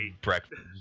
breakfast